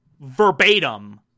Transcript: verbatim